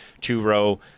two-row